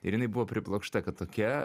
ir jinai buvo priblokšta kad tokia